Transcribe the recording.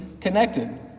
connected